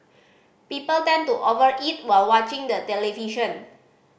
people tend to over eat while watching the television